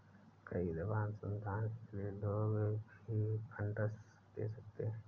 कई दफा अनुसंधान के लिए लोग भी फंडस दे सकते हैं